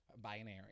binary